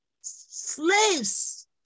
slaves